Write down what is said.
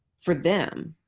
for them,